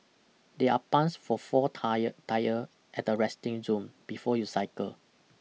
there are puns for four tyre tyre at the resting zone before you cycle